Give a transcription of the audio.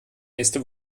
nächste